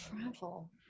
travel